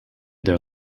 their